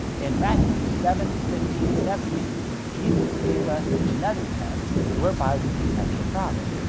in matthew seven fifteen seventeen jesus gave us another test whereby we can test a prophet.